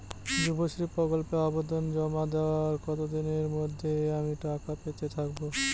যুবশ্রী প্রকল্পে আবেদন জমা দেওয়ার কতদিনের মধ্যে আমি টাকা পেতে থাকব?